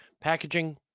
packaging